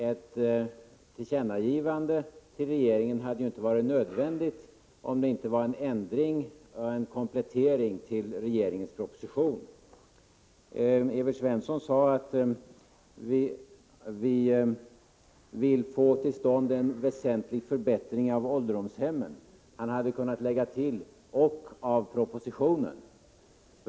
Ett tillkännagivande till regeringen hade inte varit nödvändigt om det inte hade varit fråga om en ändring av regeringens proposition. Evert Svensson sade att vi vill få till stånd en väsentlig förbättring av ålderdomshemmen. Han hade kunnat tillägga: och av propositionen.